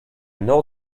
nord